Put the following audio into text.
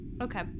Okay